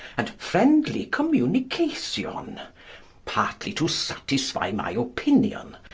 and friendly communication partly to satisfie my opinion,